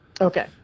Okay